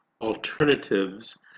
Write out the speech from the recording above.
alternatives